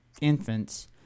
infants